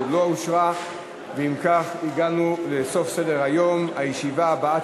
ההצעה להסיר מסדר-היום את הצעת חוק איסור הונאה בכשרות (תיקון,